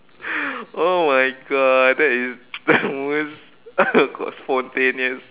oh my God that is that was spontaneous